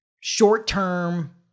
short-term